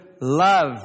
love